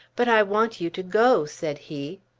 but i want you to go, said he.